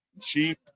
cheap